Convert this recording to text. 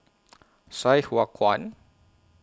Sai Hua Kuan